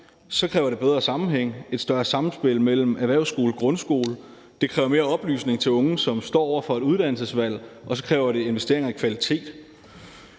kræver det bedre sammenhæng, et større samspil mellem erhvervsskole og grundskole, det kræver mere oplysning til unge, som står over for et uddannelsesvalg, og så kræver det investeringer i kvalitet.